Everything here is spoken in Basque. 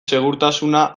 segurtasuna